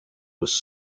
was